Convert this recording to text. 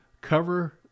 cover